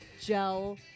gel